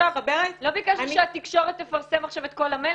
לא ביקשנו שהתקשורת תפרסם את כל המלל,